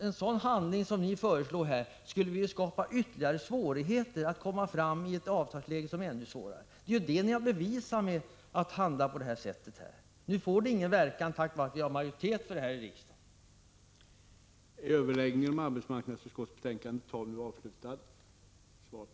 Ett sådant handlande som ni nu föreslår skulle skapa ytterligare svårigheter och göra avtalsläget ännu besvärligare. Det är det ni har bevisat. Nu får det ingen verkan tack vare att vi har majoritet här i riksdagen för vårt förslag.